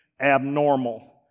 abnormal